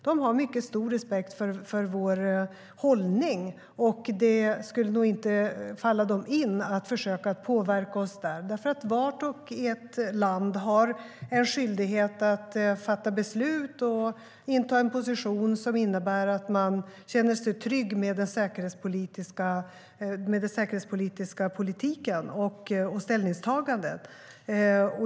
De har mycket stor respekt för vår hållning, och det skulle nog inte falla dem in att försöka påverka oss. Vart och ett land har skyldighet att fatta beslut och inta en position som innebär att man känner sig trygg med sin säkerhetspolitik och sitt säkerhetspolitiska ställningstagande.